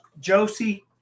Josie